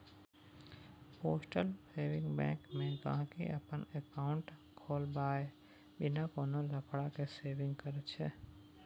postal saving bank मे गांहिकी अपन एकांउट खोलबाए बिना कोनो लफड़ा केँ सेविंग करय छै